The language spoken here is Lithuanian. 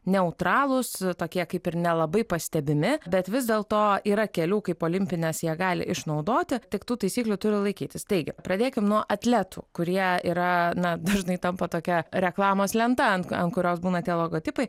neutralūs tokie kaip ir nelabai pastebimi bet vis dėlto yra kelių kaip olimpines jie gali išnaudoti tik tų taisyklių turi laikytis taigi pradėkim nuo atletų kurie yra na dažnai tampa tokia reklamos lenta ant ant kurios būna tie logotipai